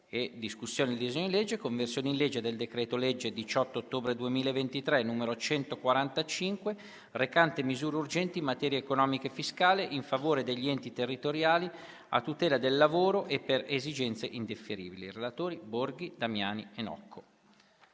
il disegno di legge: "Conversione in legge del decreto-legge 18 ottobre 2023, n. 145, recante misure urgenti in materia economica e fiscale, in favore degli enti territoriali, a tutela del lavoro e per esigenze indifferibili"